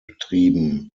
betrieben